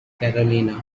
carolina